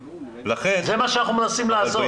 זה מה שאנחנו מנסים לעשות.